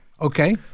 okay